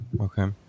Okay